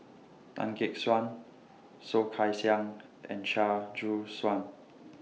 Tan Gek Suan Soh Kay Siang and Chia Choo Suan